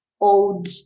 old